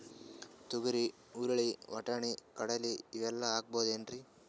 ತೊಗರಿ, ಹುರಳಿ, ವಟ್ಟಣಿ, ಕಡಲಿ ಇವೆಲ್ಲಾ ಹಾಕಬಹುದೇನ್ರಿ?